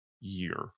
year